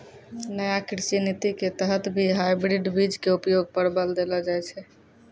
नया कृषि नीति के तहत भी हाइब्रिड बीज के उपयोग पर बल देलो जाय छै